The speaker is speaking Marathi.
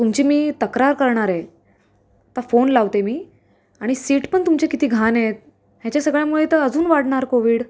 तुमची मी तक्रार करणार आहे आता फोन लावते मी आणि सीट पण तुमची किती घाण आहेत ह्याच्या सगळ्यामुळे तर अजून वाढणार कोविड